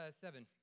seven